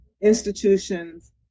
institutions